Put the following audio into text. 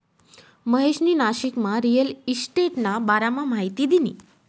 महेशनी नाशिकमा रिअल इशटेटना बारामा माहिती दिनी